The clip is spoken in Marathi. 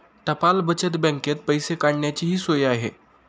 टपाल बचत बँकेत पैसे काढण्याचीही सोय आहे